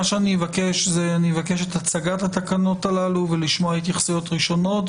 מה שאני אבקש הוא את הצגת התקנות הללו ולשמוע התייחסויות ראשונות,